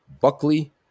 Buckley